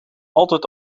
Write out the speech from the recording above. altijd